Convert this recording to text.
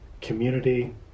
community